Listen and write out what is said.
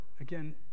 again